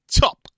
top